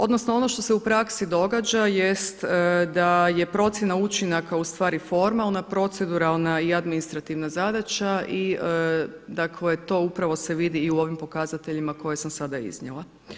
Odnosno ono što se u praksi događa jest da je procjena učinaka ustvari forma, ona proceduralna i administrativna zadaća i dakle to upravo se vidi i u ovim pokazateljima koje sam sada iznijela.